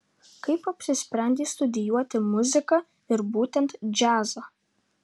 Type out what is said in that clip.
kaip apsisprendei studijuoti muziką ir būtent džiazą